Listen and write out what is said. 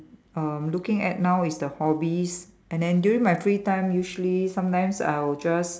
uh looking at now is the hobbies and then during my free time usually sometimes I'll just